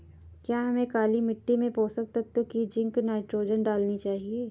क्या हमें काली मिट्टी में पोषक तत्व की जिंक नाइट्रोजन डालनी चाहिए?